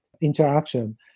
interaction